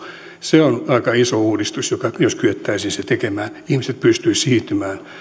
se on aika iso uudistus mutta jos kyettäisiin se tekemään ihmiset pystyisivät siirtymään